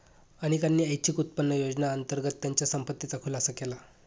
अनेकांनी ऐच्छिक उत्पन्न योजनेअंतर्गत त्यांच्या संपत्तीचा खुलासा केला